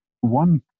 one